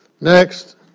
Next